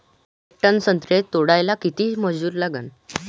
येक टन संत्रे तोडाले किती मजूर लागन?